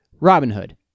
Robinhood